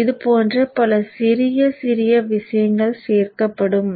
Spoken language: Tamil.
இதுபோன்ற பல சிறிய சிறிய விஷயங்கள் சேர்க்கப்படும்